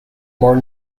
more